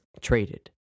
traded